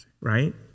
Right